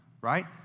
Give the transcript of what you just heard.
right